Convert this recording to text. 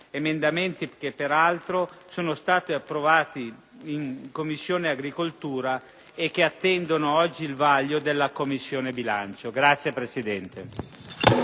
emendamenti che, peraltro, sono stati approvati in Commissione agricoltura e che attendono oggi il vaglio della Commissione bilancio. *(Applausi